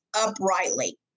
uprightly